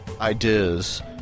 ideas